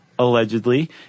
Allegedly